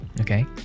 okay